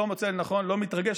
לא מוצא לנכון, לא מתרגש.